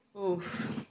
Oof